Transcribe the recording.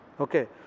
okay